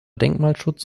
denkmalschutz